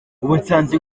ubusanzwe